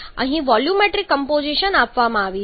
અહીં volumetric composition આપવામાં આવી છે